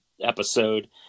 episode